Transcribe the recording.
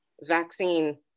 vaccine